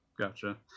Gotcha